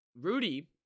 Rudy